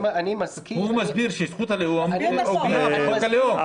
אני מזכיר --- הוא מסביר שזכות הלאום עוגנה בחוק הלאום.